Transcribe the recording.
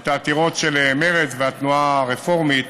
את העתירות של מרצ והתנועה הרפורמית